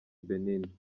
benin